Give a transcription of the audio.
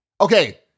Okay